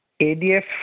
ADF